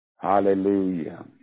Hallelujah